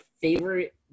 favorite